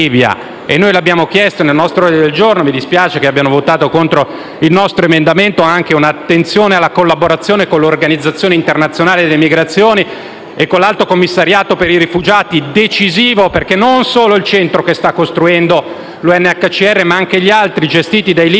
in Libia. Nell'ordine del giorno G1.100 - e mi dispiace che abbiano votato contro il nostro emendamento - noi abbiamo chiesto anche un'attenzione alla collaborazione con l'Organizzazione internazionale delle migrazioni e con l'Alto commissariato per i rifugiati, decisivo perché non solo il centro che sta costruendo l'UNHCR ma anche gli altri gestiti dai libici